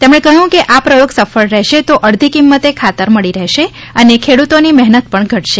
તેમણે કહ્યું કે આ પ્રયોગ સફળ રહેશે તો અડધી કિંમતે ખાતર મળી રહેશે અને ખેડૂતોની મહેનત પણ ઘટશે